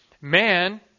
Man